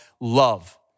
Love